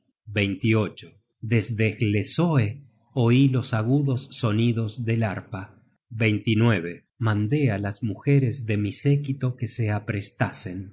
auxilio desde hlessoe oí los agudos sonidos del arpa mandé á las mujeres de mi séquito que se aprestasen